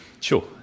Sure